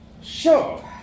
Sure